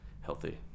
healthy